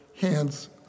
hands